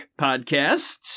podcasts